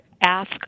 ask